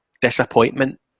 disappointment